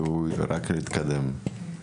והוא רק ילך ויתקדם.